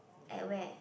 at where